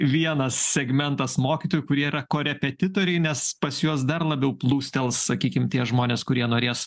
vienas segmentas mokytojų kurie yra korepetitoriai nes pas juos dar labiau plūstels sakykim tie žmonės kurie norės